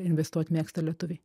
investuot mėgsta lietuviai